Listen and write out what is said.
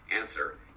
answer